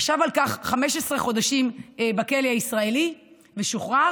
הוא ישב על כך 15 חודשים בכלא הישראלי ושוחרר